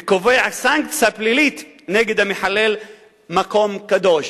וקובע סנקציה פלילית נגד המחלל מקום קדוש.